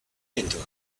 into